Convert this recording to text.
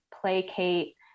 placate